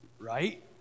Right